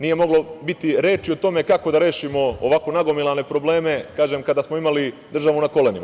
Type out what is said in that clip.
Nije moglo biti reči o tome kako da rešimo ovako nagomilane probleme, kažem, kada smo imali državu na kolenima.